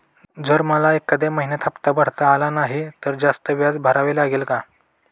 जर मला एखाद्या महिन्यात हफ्ता भरता आला नाही तर जास्त व्याज भरावे लागेल का?